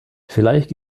vielleicht